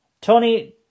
Tony